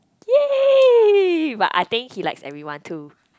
yay but I think he likes everyone too